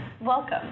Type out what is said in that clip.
Welcome